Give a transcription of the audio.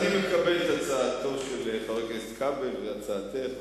אני מקבל את הצעתו של חבר הכנסת כבל ועצתך,